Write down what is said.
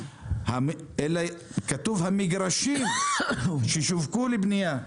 לא בית אב, אלא כתוב המגרשים ששווקו לבנייה.